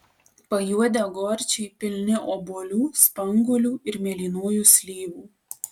pajuodę gorčiai pilni obuolių spanguolių ir mėlynųjų slyvų